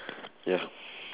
ya